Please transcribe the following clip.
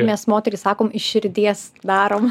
mes moterys sakom iš širdies darom